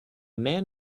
man